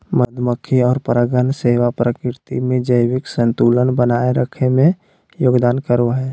मधुमक्खी और परागण सेवा प्रकृति में जैविक संतुलन बनाए रखे में योगदान करो हइ